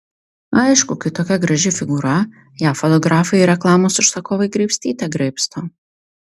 aišku kai tokia graži figūra ją fotografai ir reklamos užsakovai graibstyte graibsto